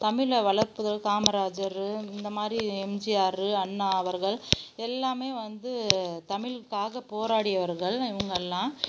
தமிழை வளர்ப்பதற்கு காமராஜர் இந்த மாதிரி எம்ஜிஆர் அண்ணா அவர்கள் எல்லாமே வந்து தமிழ்க்காக போராடியவர்கள் இவங்கள்லாம்